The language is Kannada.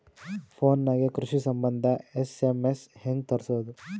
ಫೊನ್ ನಾಗೆ ಕೃಷಿ ಸಂಬಂಧ ಎಸ್.ಎಮ್.ಎಸ್ ಹೆಂಗ ತರಸೊದ?